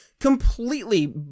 completely